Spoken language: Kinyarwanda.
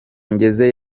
ngeze